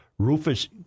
Rufus